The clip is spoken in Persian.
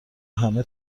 همه